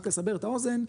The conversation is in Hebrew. רק לסבר את האוזן,